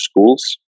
schools